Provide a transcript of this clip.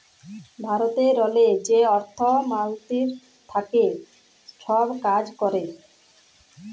ভারতেরলে যে অর্থ মলতিরি থ্যাকে ছব কাজ ক্যরে